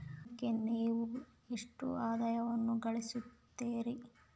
ದಿನಕ್ಕೆ ನೇವು ಎಷ್ಟು ಆದಾಯವನ್ನು ಗಳಿಸುತ್ತೇರಿ?